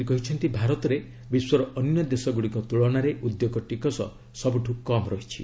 ସେ କହିଛନ୍ତି ଭାରତରେ ବିଶ୍ୱର ଅନ୍ୟ ଦେଶଗୁଡ଼ିକ ତୁଳନାରେ ଉଦ୍ୟୋଗ ଟିକସ ସବୁଠୁ କମ୍ ରହିଛି